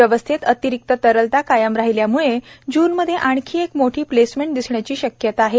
व्यवस्थेत अतिरिक्त तरलता कायम राहिल्यामुळे जूनमध्ये आणखी एक मोठी प्लेसमेंट दिसण्याची शक्यता आहे